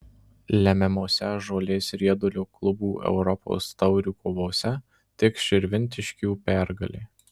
lemiamose žolės riedulio klubų europos taurių kovose tik širvintiškių pergalė